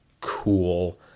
cool